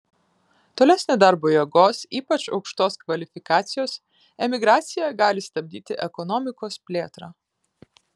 tolesnė darbo jėgos ypač aukštos kvalifikacijos emigracija gali stabdyti ekonomikos plėtrą